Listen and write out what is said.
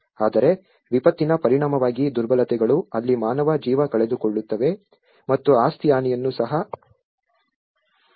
ಆದರೆ ವಿಪತ್ತಿನ ಪರಿಣಾಮವಾಗಿ ದುರ್ಬಲತೆಗಳು ಅಲ್ಲಿ ಮಾನವ ಜೀವ ಕಳೆದುಕೊಳ್ಳುತ್ತವೆ ಮತ್ತು ಆಸ್ತಿ ಹಾನಿಯನ್ನು ಸಹ ಆಗುತ್ತದೆ